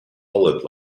hollered